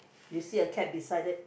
you see a cat beside that